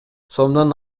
сомдон